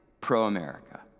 pro-America